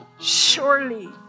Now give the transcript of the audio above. surely